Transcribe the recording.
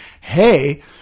hey